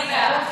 אני בעד.